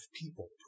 people